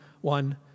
one